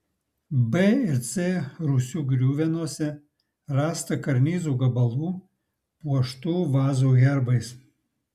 b ir c rūsių griuvenose rasta karnizų gabalų puoštų vazų herbais